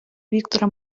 віктора